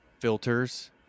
filters